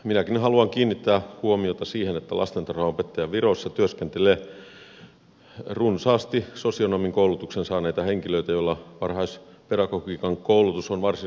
minäkin haluan kiinnittää huomiota siihen että lastentarhanopettajan viroissa työskentelee runsaasti sosionomin koulutuksen saaneita henkilöitä joilla varhaispedagogiikan koulutus on varsin rajallinen